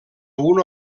una